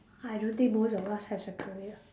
I don't think most of us has a career